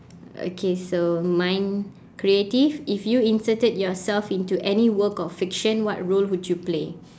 okay so mine creative if you inserted yourself into any work of fiction what role would you play